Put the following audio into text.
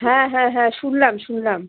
হ্যাঁ হ্যাঁ হ্যাঁ শুনলাম শুনলাম